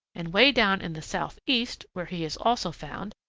and way down in the southeast, where he is also found,